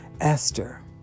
Esther